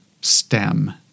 STEM